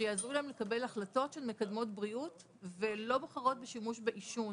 שיעזרו להם לקבל החלטות מקדמות בריאות ולא בוחרות בשימוש בעישון.